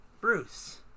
Bruce